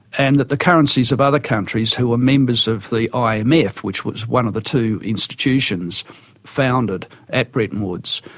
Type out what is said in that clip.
and that the currencies of other countries who were members of the um imf which was one of the two institutions founded at bretton woods,